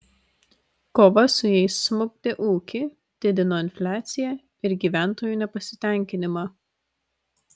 kova su jais smukdė ūkį didino infliaciją ir gyventojų nepasitenkinimą